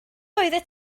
oeddet